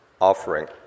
offering